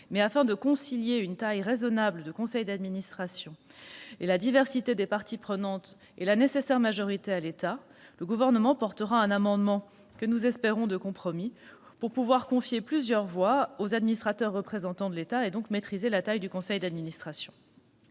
Afin de concilier une taille raisonnable du conseil d'administration, la diversité des parties prenantes et la nécessaire majorité accordée à l'État, le Gouvernement portera un amendement, que nous espérons de compromis, en vue de confier plusieurs voix aux administrateurs représentant l'État, donc de maîtriser la taille de cet organe.